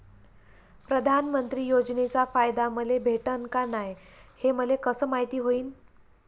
प्रधानमंत्री योजनेचा फायदा मले भेटनं का नाय, हे मले कस मायती होईन?